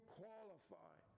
qualify